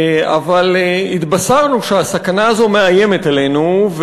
אבל התבשרנו שהסכנה הזאת מאיימת עלינו,